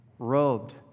Robed